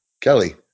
Kelly